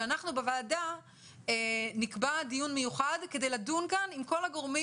שאנחנו בוועדה נקבע דיון מיוחד כדי לדון כאן עם כל הגורמים